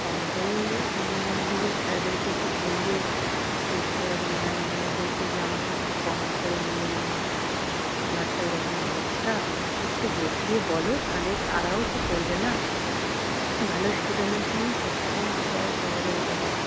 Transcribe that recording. কম করে দেবে স্যারেদেরকে একটু বলবে যে স্যার ম্যাম এদেরকে যে আমাকে একটু কম করে নিন আমার আমার তো এরকম অবস্থা একটু বুঝিয়ে বলো তাহলে তারাও তো করবে না ভালো স্টুডেন্টের জন্য সবসময় সবাই সহযোগিতা করে